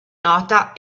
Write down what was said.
nota